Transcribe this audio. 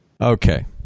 okay